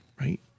right